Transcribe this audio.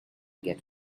get